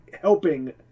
helping